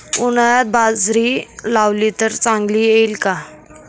उन्हाळ्यात बाजरी लावली तर चांगली येईल का?